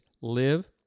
live